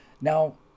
Now